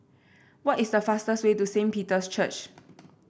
what is the fastest way to Saint Peter's Church